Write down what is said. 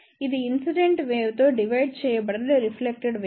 ఇది incident wave తో divide చేయబడిన రిఫ్లెక్టెడ్ వేవ్